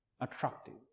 attractive